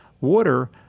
water